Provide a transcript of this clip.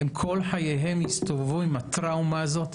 הם כל חייבים יסתובבו עם הטראומה הזאת.